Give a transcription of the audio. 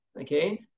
okay